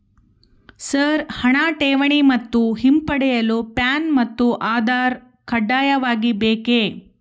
Sir ಹಣ ಠೇವಣಿ ಮತ್ತು ಹಿಂಪಡೆಯಲು ಪ್ಯಾನ್ ಮತ್ತು ಆಧಾರ್ ಕಡ್ಡಾಯವಾಗಿ ಬೇಕೆ?